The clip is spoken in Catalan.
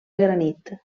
granit